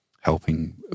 helping